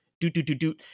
do-do-do-do